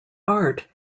art